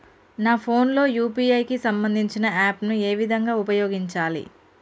నా ఫోన్ లో యూ.పీ.ఐ కి సంబందించిన యాప్ ను ఏ విధంగా ఉపయోగించాలి?